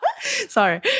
Sorry